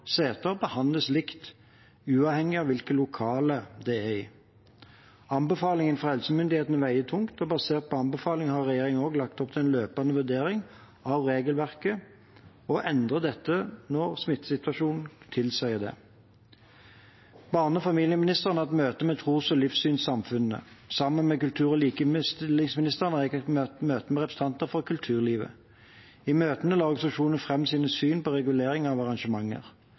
behandles likt, uavhengig av hvilket lokale de er i. Anbefalingene fra helsemyndighetene veier tungt, og basert på anbefalingene har regjeringen lagt opp til en løpende vurdering av regelverket og endrer dette når smittesituasjonen tilsier det. Barne- og familieministeren har hatt møte med tros- og livssynsamfunnene. Sammen med kultur- og likestillingsministeren har jeg hatt møter med representanter for kulturlivet. I møtene la organisasjonene fram sitt syn på reguleringen av arrangementer.